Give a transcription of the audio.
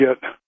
get